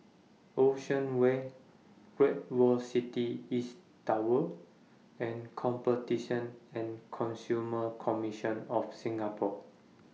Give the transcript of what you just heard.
Ocean Way Great World City East Tower and Competition and Consumer Commission of Singapore